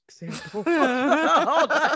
example